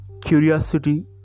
Curiosity